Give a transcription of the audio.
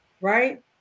Right